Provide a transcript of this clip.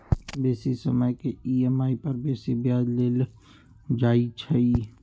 बेशी समय के ई.एम.आई पर बेशी ब्याज लेल जाइ छइ